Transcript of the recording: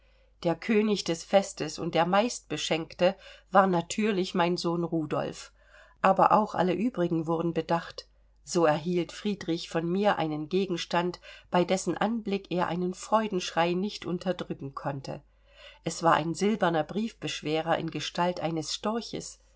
der könig des festes und der meistbeschenkte war natürlich mein sohn rudolf aber auch alle übrigen wurden bedacht so erhielt friedrich von mir einen gegenstand bei dessen anblick er einen freudenschrei nicht unterdrücken konnte es war ein silberner briefbeschwerer in gestalt eines storches